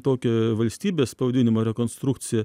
tokią valstybės pavadinimo rekonstrukciją